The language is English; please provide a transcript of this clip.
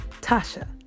Tasha